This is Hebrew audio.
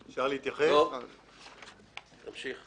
אני עובר